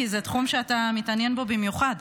כי זה תחום שאתה מתעניין בו במיוחד.